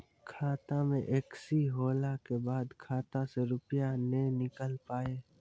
खाता मे एकशी होला के बाद खाता से रुपिया ने निकल पाए?